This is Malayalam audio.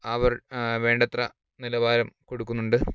അവർ വേണ്ടത്ര നിലവാരം കൊടുക്കുന്നുണ്ട്